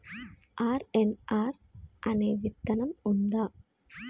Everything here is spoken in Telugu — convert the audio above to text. ఆర్.ఎన్.ఆర్ అనే విత్తనం ఉందా?